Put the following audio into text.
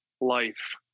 life